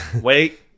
Wait